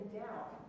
doubt